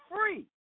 free